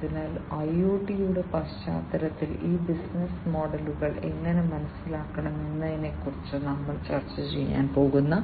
അതിനാൽ ഐഒടിയുടെ പശ്ചാത്തലത്തിൽ ഈ ബിസിനസ്സ് മോഡലുകൾ എങ്ങനെ മനസ്സിലാക്കണം എന്നതിനെക്കുറിച്ച് ഞങ്ങൾ ചർച്ച ചെയ്യാൻ പോകുന്ന